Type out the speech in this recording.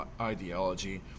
ideology